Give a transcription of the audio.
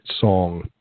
song